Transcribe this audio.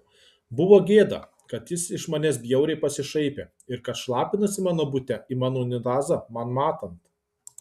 buvo gėda kad jis iš manęs bjauriai pasišaipė ir kad šlapinasi mano bute į mano unitazą man matant